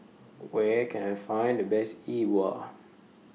Where Can I Find The Best E Bua